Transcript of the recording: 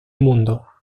mundo